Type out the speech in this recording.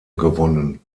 gewonnen